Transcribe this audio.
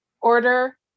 order